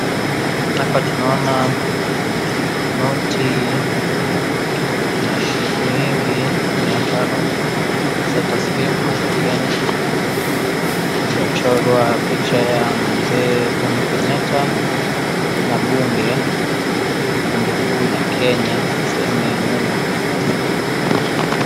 Hapa tunaona noti ya shillingi mia tano, pesa taslimu za Kenya, limechorwa picha ya Mzee Jomo Kenyatta, na bunge, bunge kuu la Kenya sehemu ya nyuma.